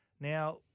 Now